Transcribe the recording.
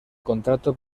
contrato